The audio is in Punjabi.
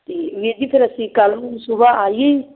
ਅਤੇ ਵੀਰ ਜੀ ਫਿਰ ਅਸੀਂ ਕੱਲ ਨੂੰ ਸੁਬਹ ਆਈਏ